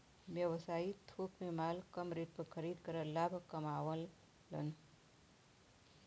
व्यवसायी थोक में माल कम रेट पर खरीद कर लाभ कमावलन